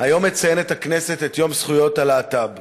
היום מציינת הכנסת את יום זכויות הלהט"ב